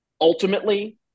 Ultimately